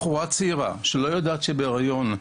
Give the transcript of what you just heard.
בחורה צעירה שלא יודעת שהיא בהיריון,